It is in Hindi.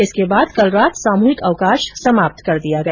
इसके बाद कल रात सामूहिक अवकाश समाप्त कर दिया गया